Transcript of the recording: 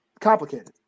complicated